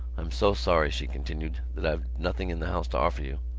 i'm so sorry, she continued, that i've nothing in the house to offer you.